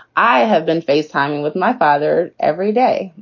i have been face time with my father every day,